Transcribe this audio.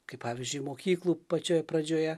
kaip pavyzdžiui mokyklų pačioje pradžioje